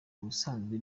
ubusanzwe